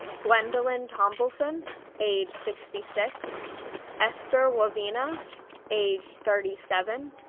gwendolyn thombleson age sixty six esther wavinya age thirty seven,